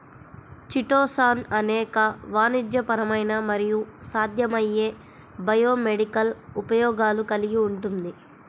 chitosan అనేక వాణిజ్యపరమైన మరియు సాధ్యమయ్యే బయోమెడికల్ ఉపయోగాలు కలిగి ఉంటుంది